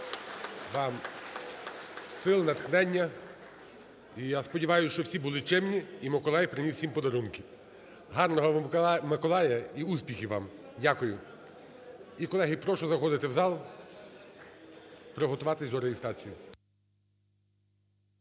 Вам сил, натхнення. І я сподіваюся, що всі були чемні і Миколай приніс всім подарунки. Гарного вам Миколая і успіхів вам. Дякую. І, колеги, прошу заходити у зал, приготуватись до реєстрації.